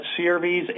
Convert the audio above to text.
CRVs